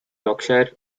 yorkshire